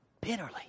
bitterly